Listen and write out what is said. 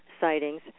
sightings